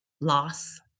loss